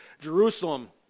Jerusalem